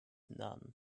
none